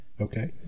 okay